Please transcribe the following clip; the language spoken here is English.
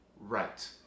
right